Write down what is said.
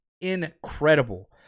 Incredible